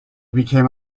became